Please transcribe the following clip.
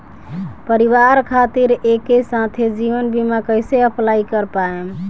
परिवार खातिर एके साथे जीवन बीमा कैसे अप्लाई कर पाएम?